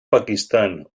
pakistán